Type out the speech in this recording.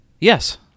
Yes